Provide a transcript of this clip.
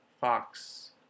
Fox